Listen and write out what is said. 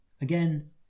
again